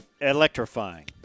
Electrifying